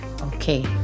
Okay